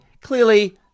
Clearly